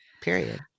period